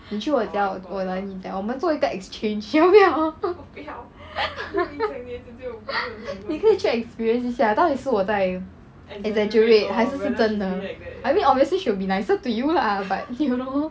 你去我家我来你家我们做一个 exchange 要不要 你可以去 experience 一下到底是我在 exaggerate 还是是真的 I mean obviously she would be nicer to you lah but you know